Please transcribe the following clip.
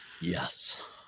Yes